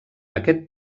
aquest